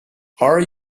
are